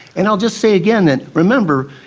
and i'll just say again that, remember,